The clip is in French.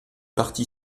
parti